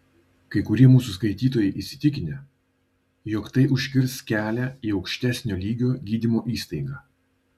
kai kurie mūsų skaitytojai įsitikinę jog tai užkirs kelią į aukštesnio lygio gydymo įstaigą